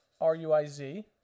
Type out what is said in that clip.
R-U-I-Z